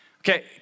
Okay